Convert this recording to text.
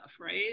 right